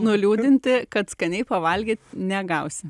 nuliūdinti kad skaniai pavalgyti negausi